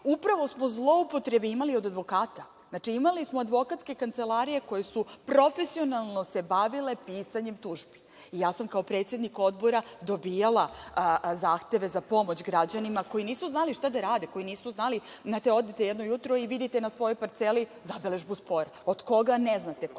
upravo smo zloupotrebe imali od advokata. Znači, imali smo advokatske kancelarije koje su se profesionalno bavile pisanjem tužbi. Ja sam kao predsednik odbora dobijala zahteve za pomoć građanima koji nisu znali šta da rade. Znate, odete jedno jutro i vidite na svojoj parceli zabeležbu spora. Od koga - ne znate,